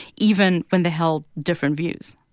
even when they held different views